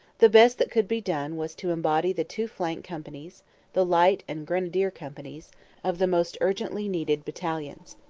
the best that could be done was to embody the two flank companies the light and grenadier companies of the most urgently needed battalions.